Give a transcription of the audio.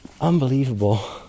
Unbelievable